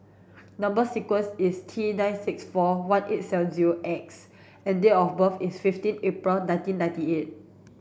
number sequence is T nine six four one eight seven zero X and date of birth is fifteen April nineteen ninety eight